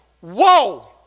whoa